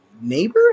neighbor